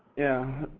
yeah,